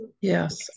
Yes